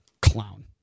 Clown